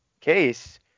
case